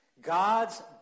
God's